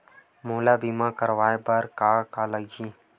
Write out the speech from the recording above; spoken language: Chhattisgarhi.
मोला बीमा कराये बर का का लगही?